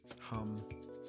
hum